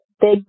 big